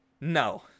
no